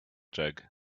jug